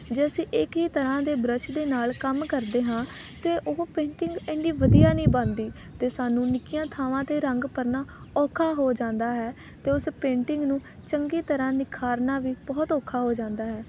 ਜੇ ਅਸੀਂ ਇੱਕ ਹੀ ਤਰ੍ਹਾਂ ਦੇ ਬ੍ਰੱਸ਼ ਦੇ ਨਾਲ ਕੰਮ ਕਰਦੇ ਹਾਂ ਤਾਂ ਉਹ ਪੇਂਟਿੰਗ ਇੰਨੀ ਵਧੀਆ ਨਹੀਂ ਬਣਦੀ ਅਤੇ ਸਾਨੂੰ ਨਿੱਕੀਆਂ ਥਾਵਾਂ 'ਤੇ ਰੰਗ ਭਰਨਾ ਔਖਾ ਹੋ ਜਾਂਦਾ ਹੈ ਅਤੇ ਉਸ ਪੇਂਟਿੰਗ ਨੂੰ ਚੰਗੀ ਤਰ੍ਹਾਂ ਨਿਖਾਰਨਾ ਵੀ ਬਹੁਤ ਔਖਾ ਹੋ ਜਾਂਦਾ ਹੈ